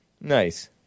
Nice